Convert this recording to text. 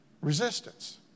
resistance